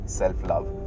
self-love